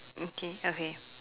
mm K okay